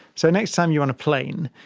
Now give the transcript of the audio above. so next time you are on a plane,